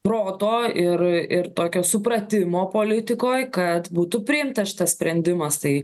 proto ir ir tokio supratimo politikoj kad būtų priimtas šitas sprendimas tai